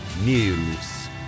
News